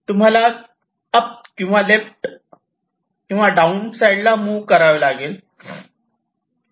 तुम्हाला अप किंवा लेफ्ट किंवा डाउन साईडला मुव्ह करावे लागते